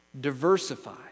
Diversify